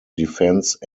defense